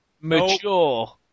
mature